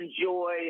enjoy